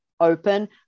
open